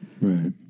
Right